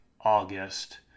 August